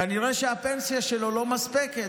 כנראה שהפנסיה שלו לא מספקת.